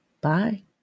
Bye